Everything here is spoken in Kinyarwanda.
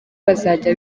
bazajya